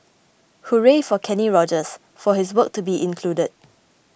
Hooray for Kenny Rogers for his work to be included